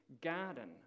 garden